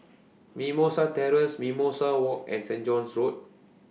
Mimosa Terrace Mimosa Walk and Saint John's Road